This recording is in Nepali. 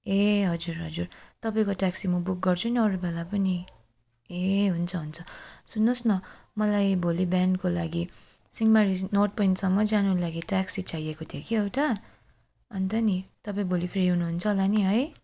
ए हजुर हजुर तपाईँको ट्याक्सी म बुक गर्छु नि अरू बेला पनि ए हुन्छ हुन्छ सुन्नुहोस् न मलाई भोलि बिहानको लागि सिँहमारी नर्थ पोइन्टसम्म जानु लागि ट्याक्सी चाहिएको थियो कि एउटा अन्त नि तपाईँ भोलि फ्री हुनुहुन्छ हला नि है